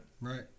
Right